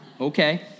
Okay